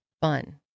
fun